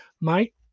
mate